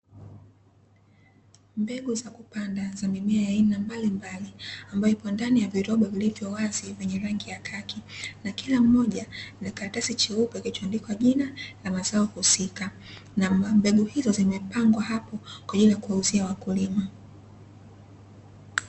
Mbegu za kupanda za mimea ya aina mbalimbali, ambayo ipo ndani ya viroba vilivyo wazi vyenye rangi ya kaki, na kila mmoja na karatasi cheupe kilichoandikwa jina na mazao husika, na mbegu hizo zimepangwa hapo kwa ajili ya kuwauzia wakulima.